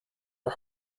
are